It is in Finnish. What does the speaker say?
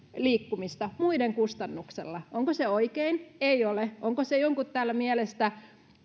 liikkumista muiden kustannuksella onko se oikein ei ole onko se täällä jonkun mielestä